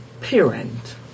parent